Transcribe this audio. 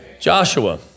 Joshua